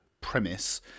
premise